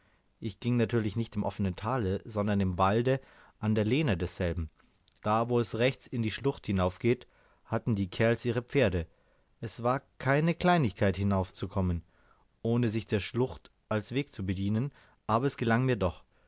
ich ging natürlich nicht im offenen tale sondern im walde an der lehne desselben da wo es rechts in die schlucht hinaufgeht hatten die kerls ihre pferde es war keine kleinigkeit hinaufzukommen ohne sich der schlucht als weg zu bedienen aber es gelang mir doch